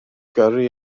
gyrru